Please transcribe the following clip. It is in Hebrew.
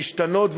להשתנות,